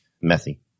messy